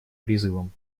призывам